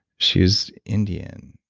she's indian.